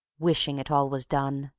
wishing it all was done.